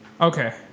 Okay